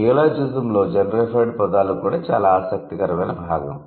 నియోలాజిజంలో generified పదాలు కూడా చాలా ఆసక్తికరమైన భాగం